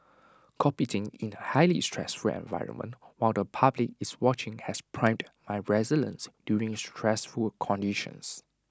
competing in A highly stressful environment while the public is watching has primed my resilience during stressful conditions